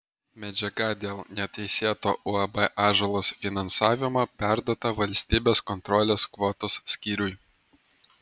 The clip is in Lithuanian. medžiaga dėl neteisėto uab ąžuolas finansavimo perduota valstybės kontrolės kvotos skyriui